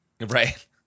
Right